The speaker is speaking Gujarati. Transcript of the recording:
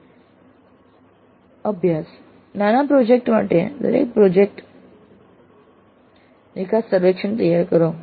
અભ્યાસ નાના પ્રોજેક્ટ માટે પ્રોજેક્ટ નિકાસ સર્વેક્ષણ તૈયાર કરો